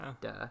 Duh